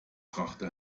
brachte